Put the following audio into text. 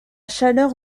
chaleur